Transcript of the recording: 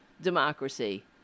democracy